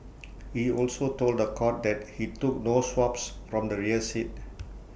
he also told The Court that he took no swabs from the rear seat